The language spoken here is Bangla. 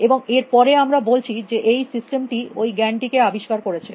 এবং এর পরে আমরা বলছি যে এই সিস্টেমটি ওই জ্ঞানটিকে আবিষ্কার করেছে